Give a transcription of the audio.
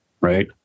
Right